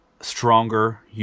stronger